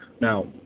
Now